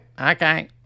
Okay